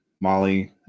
Molly